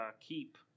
keep